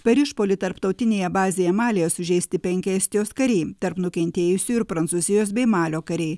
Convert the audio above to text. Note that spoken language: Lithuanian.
per išpuolį tarptautinėje bazėje malyje sužeisti penki estijos kariai tarp nukentėjusiųjų ir prancūzijos bei malio kariai